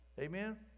Amen